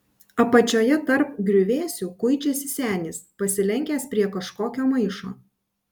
apačioje tarp griuvėsių kuičiasi senis pasilenkęs prie kažkokio maišo